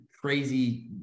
crazy